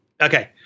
Okay